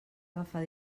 agafar